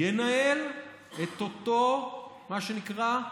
ינהל את אותו, מה שנקרא,